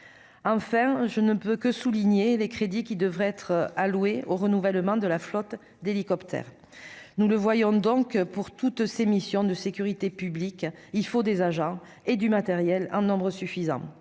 enfin : je ne peux que saluer les crédits qui devraient être alloués au renouvellement de la flotte d'hélicoptères. Nous voyons donc que, afin d'assurer toutes ces missions de sécurité publique, il nous faut des agents et du matériel en nombre suffisant.